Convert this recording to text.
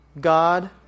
God